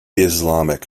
islamic